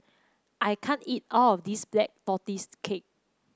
I can't eat all of this Black Tortoise Cake